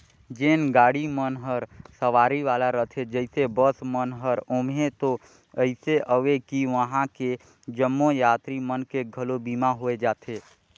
जेन गाड़ी मन हर सवारी वाला रथे जइसे बस मन हर ओम्हें तो अइसे अवे कि वंहा के जम्मो यातरी मन के घलो बीमा होय जाथे